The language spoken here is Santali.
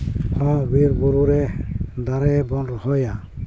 ᱱᱚᱣᱟ ᱵᱤᱨ ᱵᱩᱨᱩ ᱨᱮ ᱫᱟᱨᱮ ᱵᱚᱱ ᱨᱚᱦᱚᱭᱟ